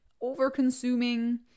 over-consuming